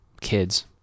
kids